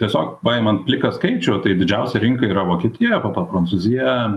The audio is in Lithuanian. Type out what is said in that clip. tiesiog paimant pliką skaičių tai didžiausia rinka yra vokietija po to prancūzija